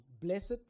Blessed